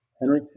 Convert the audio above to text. Henry